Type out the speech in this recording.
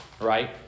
Right